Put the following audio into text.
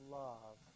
love